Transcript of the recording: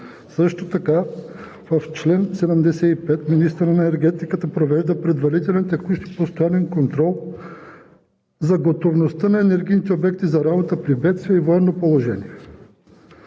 Също така в чл. 75 министърът на енергетиката провежда предварителен, текущ и постоянен контрол за готовността на енергийните обекти за работа при бедствия и военно положение,